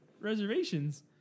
reservations